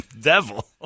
devil